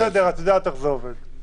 בסדר, את יודעת איך זה עובד.